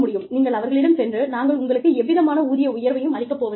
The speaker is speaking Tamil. நீங்கள் அவர்களிடம் சென்று நாங்கள் உங்களுக்கு எவ்விதமான ஊதிய உயர்வையும் அளிக்கப் போவதில்லை